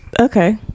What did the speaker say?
Okay